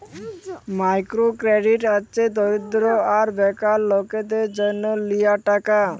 micro credit হছে দরিদ্য আর বেকার লকদের জ্যনহ লিয়া টাকা